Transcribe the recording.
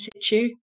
situ